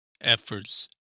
efforts